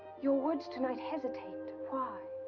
your words tonight hesitate. why?